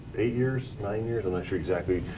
eight years, nine years i'm not sure exactly.